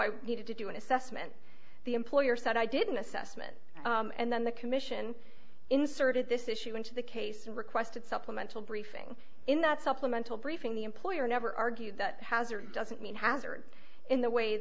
i needed to do an assessment the employer said i didn't assessment and then the commission inserted this issue into the case and requested supplemental briefing in that supplemental briefing the employer never argued that it has or doesn't mean hazard in the way